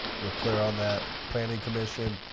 we're clear on that planning commission.